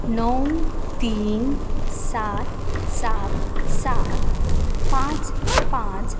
णव तीन सात सात सात सात पांच पांच